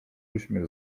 uśmiech